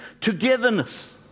togetherness